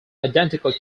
identical